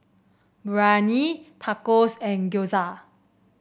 Biryani Tacos and Gyoza